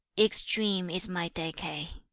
extreme is my decay.